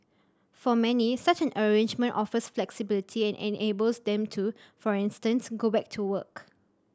for many such an arrangement offers flexibility and enables them to for instance go back to work